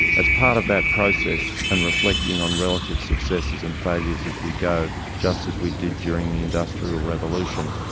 as part of that process, and reflecting on relative successes and failures as we go, just as we did during the industrial revolution,